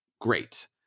Great